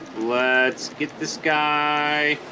let's get this guy